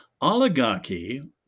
Oligarchy